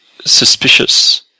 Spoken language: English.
suspicious